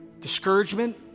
discouragement